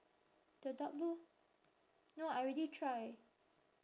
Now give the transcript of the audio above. the dark blue no I already try